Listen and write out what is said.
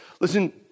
Listen